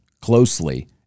closely